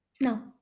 No